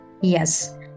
Yes